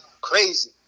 crazy